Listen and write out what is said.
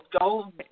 go